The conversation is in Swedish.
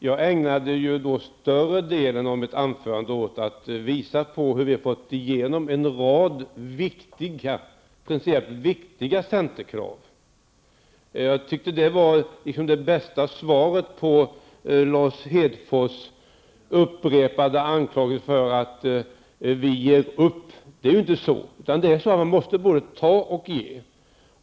Herr talman! Jag ägnade större delen av mitt anförande åt att visa på hur vi har fått igenom en rad principiellt viktiga centerkrav. Jag tyckte att det var det bästa svaret på Lars Hedfors upprepade anklagelser för att vi ger upp. Det är inte så. Man måste både ge och ta.